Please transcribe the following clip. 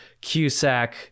Cusack